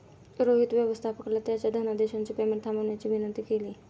रोहित व्यवस्थापकाला त्याच्या धनादेशचे पेमेंट थांबवण्याची विनंती केली